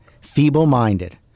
Feeble-minded